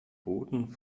boten